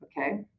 okay